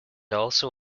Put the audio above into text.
also